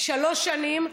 שלוש שנים,